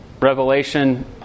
Revelation